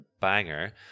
banger